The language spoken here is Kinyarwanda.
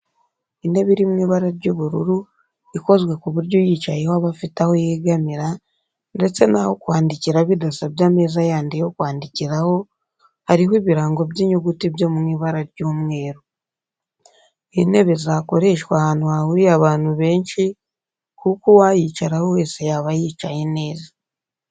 Intebe iri mu ibara ry'ubururu ikozwe ku buryo uyicayeho aba afite aho yegamira, ndetse n'aho kwandikira bidasabye ameza yandi yo kwandikiraho, hariho ibirango by'inyuguti byo mu ibara ry'umweru. Ni intebe zakoreshwa ahantu hahuriye abantu benshi kuko uwayicaraho wese yaba yicaye neza.